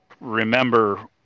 remember